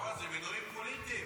לא, זה מינויים פוליטיים.